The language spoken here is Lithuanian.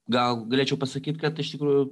gal galėčiau pasakyt kad iš tikrųjų